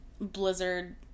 Blizzard